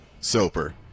Soper